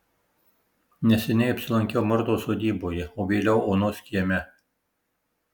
neseniai apsilankiau mortos sodyboje o vėliau onos kieme